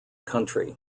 country